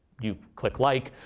you click like.